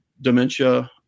dementia